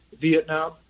Vietnam